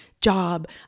job